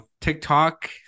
TikTok